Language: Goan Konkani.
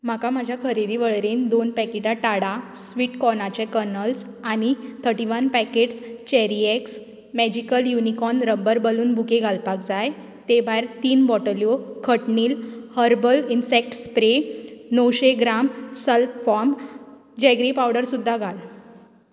म्हाका म्हज्या खरेदी वळेरेंत दोन पॅकेटां टाडा स्वीट कॉर्नाचे कर्नल्स आनी thirty one packets cherry X magical unicorn rubber balloon bouquet घालपाक जाय ते भायर तीन बॉटल्यो खटनील हर्बल इन्सॅक्ट स्प्रे णवशें gram slurp farm jaggery powder सुद्दां घाल